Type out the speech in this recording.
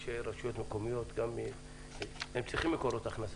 רשויות מקומיות זקוקות למקורות הכנסה,